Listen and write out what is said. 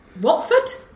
Watford